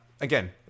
again